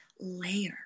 layer